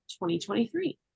2023